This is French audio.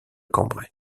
cambrai